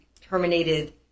terminated